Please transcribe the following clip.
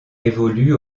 évolue